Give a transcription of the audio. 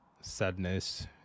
sadness